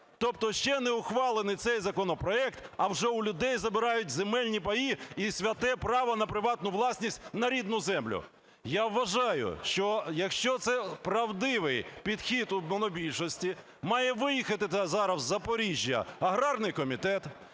Тобто ще не ухвалений цей законопроект, а вже у людей забирають земельні паї і святе право на приватну власність на рідну землю. Я вважаю, що якщо це правдивий підхід від монобільшості, має виїхати зараз в Запоріжжя аграрний комітет,